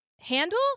handle